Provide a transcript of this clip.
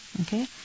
okay